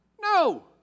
No